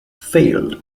failed